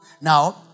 Now